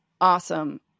Awesome